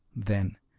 then,